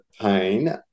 pain